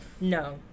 No